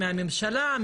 מהממשלה,